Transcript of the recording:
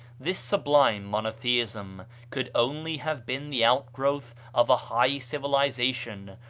this sublime monotheism could only have been the outgrowth of a high civilization,